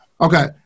Okay